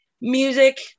Music